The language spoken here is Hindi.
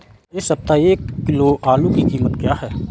इस सप्ताह एक किलो आलू की कीमत क्या है?